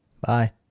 Bye